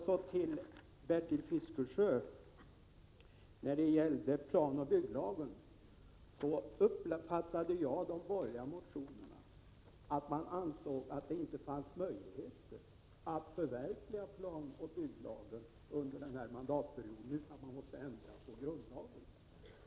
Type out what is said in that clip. Så till Bertil Fiskesjö: När det gällde planoch bygglagen uppfattade jag de borgerliga motionerna så, att man ansåg att det inte fanns möjligheter att förverkliga planoch bygglagen under den här mandatperioden, utan att man måste ändra på grundlagen.